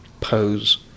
pose